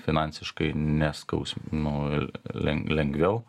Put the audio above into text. finansiškai ne skaus nu il len lengviau